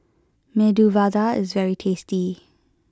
Medu Vada is very tasty